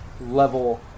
level